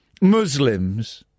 Muslims